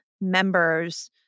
members